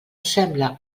sembla